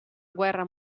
guerra